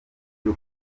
byo